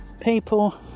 People